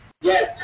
Yes